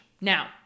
Now